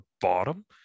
bottom